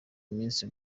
iminsi